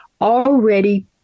already